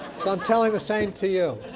so i'm telling the same to you.